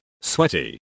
sweaty